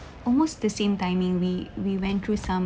almost the same timing we we went through some